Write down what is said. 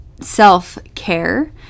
self-care